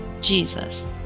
Jesus